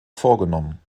vorgenommen